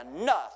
enough